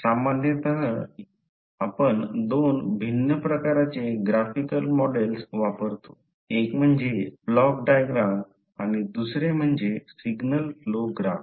तर सामान्यत आपण दोन भिन्न प्रकारचे ग्राफिकल मॉडेल्स वापरतो एक म्हणजे ब्लॉक डायग्राम आणि दुसरे म्हणजे सिग्नल फ्लो ग्राफ